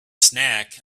snack